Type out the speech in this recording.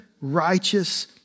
righteous